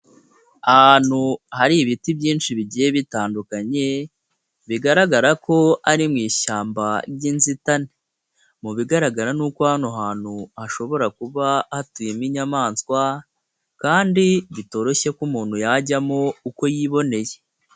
Ahantu hari ibiti byinshi bigiye bitandukanye, bigaragara ko ari mu ishyamba ryyinzitane. Mu bigaragara ni uko hano hantu hashobora kuba hatuyemo inyamaswa, kandi bitoroshye ko umuntu yajyamo uko yiboneye.